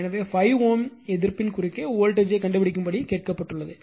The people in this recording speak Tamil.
எனவே 5 Ω எதிர்ப்பின் குறுக்கே வோல்டேஜ்யைக் கண்டுபிடிக்கும்படி கேட்கப்பட்டுள்ளது